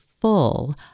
full